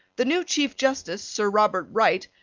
the new chief justice, sir robert wright,